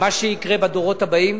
מה שיקרה בדורות הבאים.